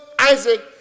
Isaac